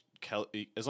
Kelly